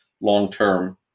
long-term